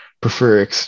prefer